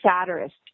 satirist